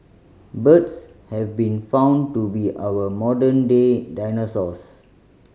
birds have been found to be our modern day dinosaurs